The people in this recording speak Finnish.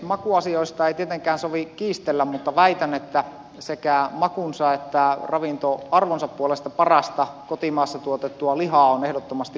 makuasioista ei tietenkään sovi kiistellä mutta väitän että sekä makunsa että ravintoarvonsa puolesta parasta kotimaassa tuotettua lihaa on ehdottomasti poron liha